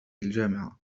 الجامعة